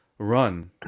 run